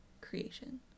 creation